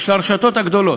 הרשתות הגדולות,